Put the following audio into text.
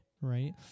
right